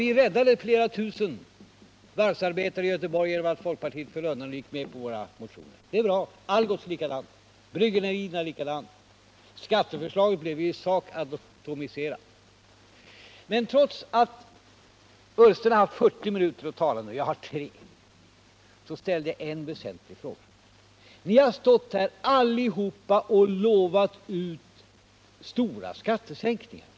Vi räddade flera tusen varvsarbetare i Göteborg genom att folkpartiet föll undan och gick med på våra motioner. Det var bra. Detsamma gäller för Algots och bryggerierna. Skatteförslaget blev ju i sak atomiserat. Trots att Ola Ullsten haft 40 minuter på sig att tala, jag har 3, så ställer jag en väsentlig fråga. Ni har allihopa här i dag utlovat stora skattesänkningar.